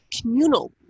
communal